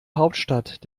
hauptstadt